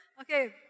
okay